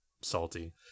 salty